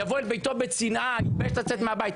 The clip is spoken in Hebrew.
יבוא אל ביתו בצנעה, יתבייש לצאת מהבית.